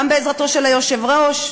גם בעזרתו של היושב-ראש.